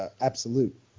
absolute